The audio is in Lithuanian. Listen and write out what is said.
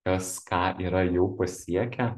kas ką yra jau pasiekę